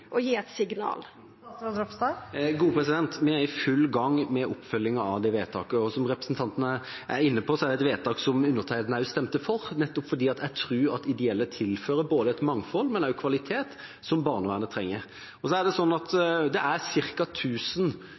Vi er i full gang med oppfølging av det vedtaket, og som representanten Toppe er inne på, er det et vedtak som undertegnede også stemte for, nettopp fordi jeg tror ideelle tilfører både et mangfold og også kvalitet som barnevernet trenger. Så er det sånn at det er